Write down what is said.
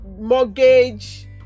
mortgage